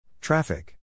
Traffic